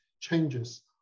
changes